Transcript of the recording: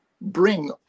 bring